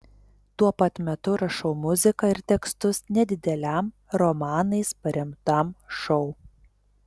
tuo pat metu rašau muziką ir tekstus nedideliam romanais paremtam šou